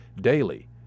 Daily